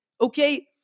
Okay